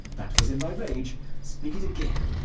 that was in thy rage speak it again,